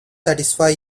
satisfy